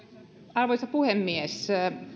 arvoisa puhemies